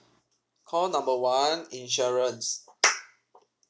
call number one insurance